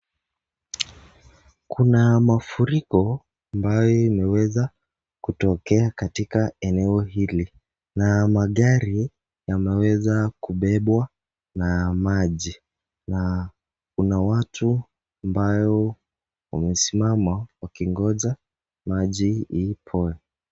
Kuna mafuriko ambaye imeweza kutokea katika eneo hili na magari yameweza kubebwa na maji na kuna watu ambayo wamesimama wakijngoja maji ipoe.